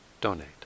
donate